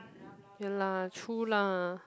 ya lah true lah